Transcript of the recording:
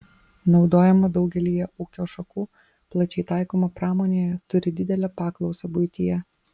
naudojama daugelyje ūkio šakų plačiai taikoma pramonėje turi didelę paklausą buityje